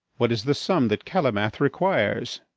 what is the sum that calymath requires?